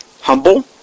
humble